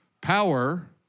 power